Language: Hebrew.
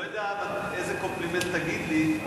אני לא יודע איזה קומפלימנט תגיד לי אבל